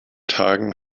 tagen